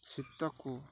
ଶୀତକୁ